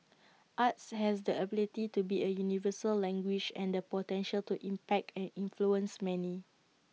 arts has the ability to be A universal language and the potential to impact and influence many